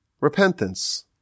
repentance